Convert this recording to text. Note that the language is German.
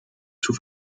zur